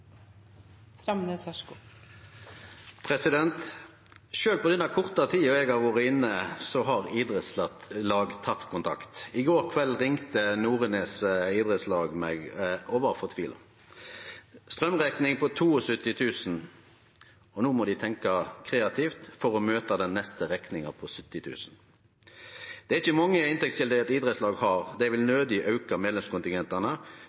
vi kontinuerlig. Sjølv på denne korte tida eg har vore inne, har idrettslag teke kontakt. I går kveld ringte Nordnes Idrettslag meg og var fortvila – ei straumrekning på 72 000 kr, og no må dei tenkje kreativt for å møte den neste rekninga på 70 000 kr. Det er ikkje mange inntektskjelder eit idrettslag har, og dei vil